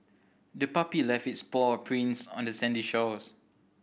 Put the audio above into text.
the puppy left its paw prints on the sandy shore